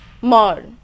more